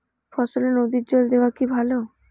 ফসলে নদীর জল দেওয়া কি ভাল?